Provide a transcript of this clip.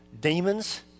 demons